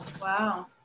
Wow